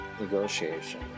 Negotiation